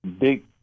big